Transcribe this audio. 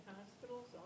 hospitals